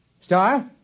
Star